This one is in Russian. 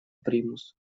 примус